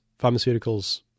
pharmaceuticals